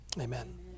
Amen